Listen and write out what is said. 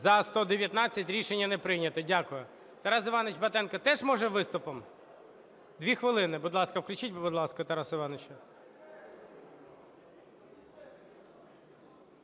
За-119 Рішення не прийнято. Дякую. Трас Іванович Батенко. Теж може виступом? 2 хвилини. Включіть, будь ласка, Тарасу Івановичу.